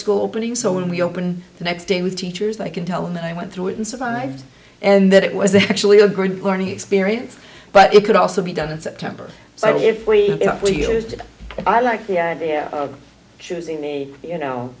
school opening so when we open the next day with teachers i can tell them that i went through it and survived and that it was actually a great learning experience but it could also be done in september so if we were used to it i like the idea of choosing the you know